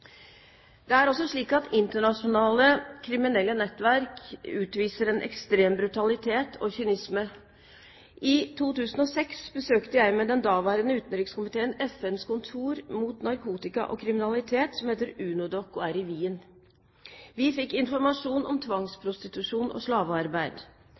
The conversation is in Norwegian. Det er også slik at internasjonale kriminelle nettverk utviser en ekstrem brutalitet og kynisme. I 2006 besøkte jeg med den daværende utenrikskomiteen FNs kontor mot narkotika og kriminalitet, som heter UNODC og er i Wien. Vi fikk informasjon om